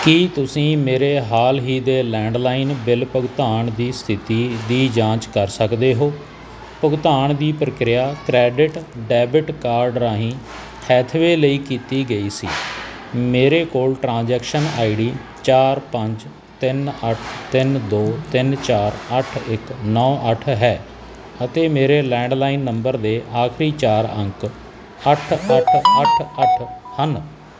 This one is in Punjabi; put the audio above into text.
ਕੀ ਤੁਸੀਂ ਮੇਰੇ ਹਾਲ ਹੀ ਦੇ ਲੈਂਡਲਾਈਨ ਬਿੱਲ ਭੁਗਤਾਨ ਦੀ ਸਥਿਤੀ ਦੀ ਜਾਂਚ ਕਰ ਸਕਦੇ ਹੋ ਭੁਗਤਾਨ ਦੀ ਪ੍ਰਕਿਰਿਆ ਕ੍ਰੈਡਿਟ ਡੈਬਿਟ ਕਾਰਡ ਰਾਹੀਂ ਹੈਥਵੇ ਲਈ ਕੀਤੀ ਗਈ ਸੀ ਮੇਰੇ ਕੋਲ ਟ੍ਰਾਂਜੈਕਸ਼ਨ ਆਈਡੀ ਚਾਰ ਪੰਜ ਤਿੰਨ ਅੱਠ ਤਿੰਨ ਦੋ ਤਿੰਨ ਚਾਰ ਅੱਠ ਇੱਕ ਨੌਂ ਅੱਠ ਹੈ ਅਤੇ ਮੇਰੇ ਲੈਂਡਲਾਈਨ ਨੰਬਰ ਦੇ ਆਖਰੀ ਚਾਰ ਅੰਕ ਅੱਠ ਅੱਠ ਅੱਠ ਅੱਠ ਹਨ